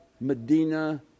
Medina